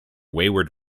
wayward